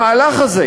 במהלך הזה,